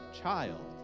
child